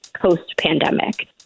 post-pandemic